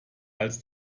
als